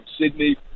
Sydney